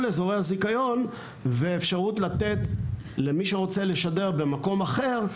אזורי הזיכיון ואפשרות לתת למי שרוצה לשדר במקום אחר,